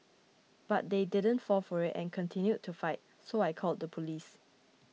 but they didn't fall for it and continued to fight so I called the police